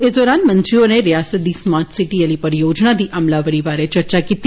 इस दौरान मंत्री होरें रियासत दी स्मार्ट सिटी आली परियोजना दी अमलावरी बारै चर्चा कीती